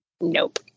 Nope